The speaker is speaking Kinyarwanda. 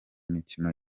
mikino